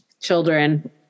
children